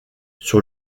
sur